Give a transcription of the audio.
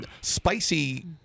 spicy